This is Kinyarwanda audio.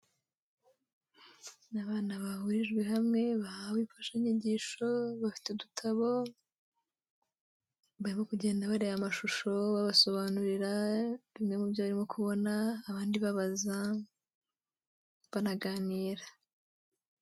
Ni abana bahurijwe hamwe, bahawe imfashanyigisho bafite udutabo barimo kugenda bareba mashusho, babasobanurira bimwe mu byo barimo kubona, abandi babaza banaganira.